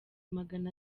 magana